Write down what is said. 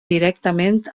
directament